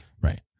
Right